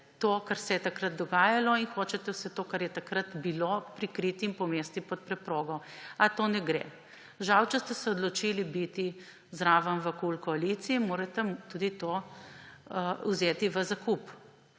to, kar se je takrat dogajalo, in hočete vse to, kar je takrat bilo, prikriti in pomesti pod preprogo. A tako ne gre. Žal, če ste se odločili biti zraven v KUL koaliciji, morate tudi to vzeti v zakup